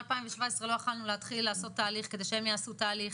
מ-2017 לא יכולנו להתחיל לעשות תהליך כדי שהם יעשו תהליך?